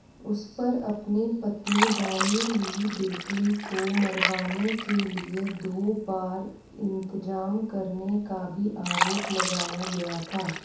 उस पर अपनी पत्नी बॉनी ली बैकली को मरवाने के लिए दो बार इंतज़ाम करने का भी आरोप लगाया गया था